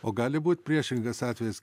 o gali būt priešingas atvejis